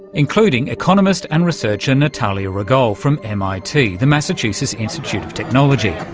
including economist and researcher natalia rigol from mit, the massachusetts institute of technology.